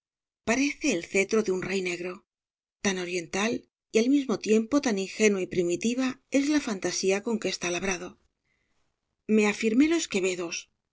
parece el cetro de un rey negro tan oriental y al mismo tiempo tan ingenua y primitiva es la fantasía con que está labrado me afirmé los quevedos